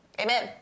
Amen